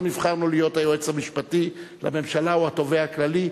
לא נבחרנו להיות היועץ המשפטי לממשלה או התובע הכללי.